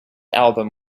album